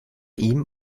ihm